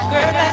Girl